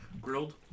grilled